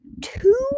Two